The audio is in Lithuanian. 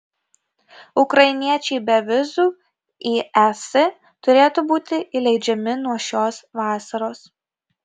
ukrainiečiai be vizų į es turėtų būti įleidžiami nuo šios vasaros